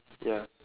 ya